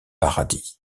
paradis